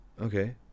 Okay